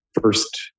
first